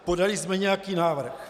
Podali jsme nějaký návrh.